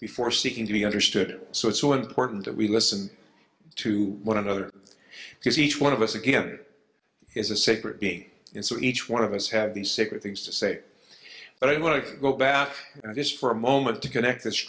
before seeking to be understood so it's so important that we listen to one another because each one of us again is a sacred being and so each one of us have these sacred things to say but i don't want to go back and this for a moment to connect